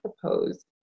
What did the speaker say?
propose